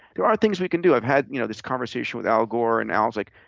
there are things we can do. i've had you know this conversation with al gore and al's like,